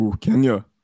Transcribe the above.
Kenya